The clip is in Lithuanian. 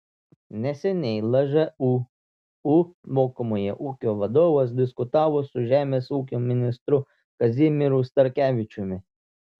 neseniai lžūu mokomojo ūkio vadovas diskutavo su žemės ūkio ministru kazimieru starkevičiumi